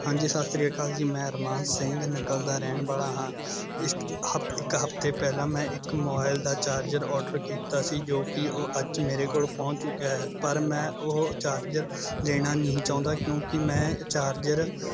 ਹਾਂਜੀ ਸਤਿ ਸ਼੍ਰੀ ਅਕਾਲ ਜੀ ਮੈਂ ਅਰਮਾਨ ਸਿੰਘ ਨੰਗਲ਼ ਦਾ ਰਹਿਣ ਵਾਲਾ ਹਾਂ ਇੱਕ ਹਫ ਇੱਕ ਹਫਤੇ ਪਹਿਲਾਂ ਮੈਂ ਇੱਕ ਮੋਬਾਇਲ ਦਾ ਚਾਰਜਰ ਔਡਰ ਕੀਤਾ ਸੀ ਜੋ ਕਿ ਉਹ ਅੱਜ ਮੇਰੇ ਕੋਲ ਪਹੁੰਚ ਚੁੱਕਿਆ ਹੈ ਪਰ ਮੈਂ ਉਹ ਚਾਰਜਰ ਲੈਣਾ ਨਹੀਂ ਚਾਹੁੰਦਾ ਕਿਉਂਕਿ ਮੈਂ ਚਾਰਜਰ